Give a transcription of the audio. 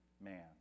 man